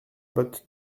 botte